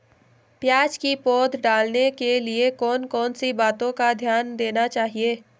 प्याज़ की पौध डालने के लिए कौन कौन सी बातों का ध्यान देना चाहिए?